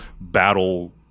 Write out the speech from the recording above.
battle